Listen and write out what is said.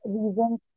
reasons